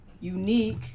unique